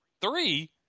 Three